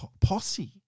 posse